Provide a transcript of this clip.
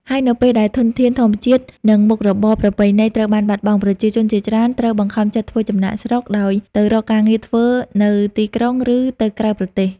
ហើយនៅពេលដែលធនធានធម្មជាតិ និងមុខរបរប្រពៃណីត្រូវបានបាត់បង់ ប្រជាជនជាច្រើនត្រូវបង្ខំចិត្តធ្វើចំណាកស្រុក ដោយទៅរកការងារធ្វើនៅទីក្រុង ឬទៅក្រៅប្រទេស។